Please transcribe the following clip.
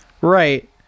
right